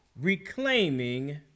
Reclaiming